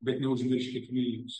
bet neužmirškit vilniaus